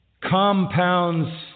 compounds